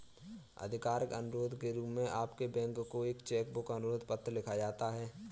आधिकारिक अनुरोध के रूप में आपके बैंक को एक चेक बुक अनुरोध पत्र लिखा जाता है